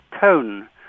tone